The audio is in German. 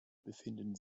befinden